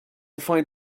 find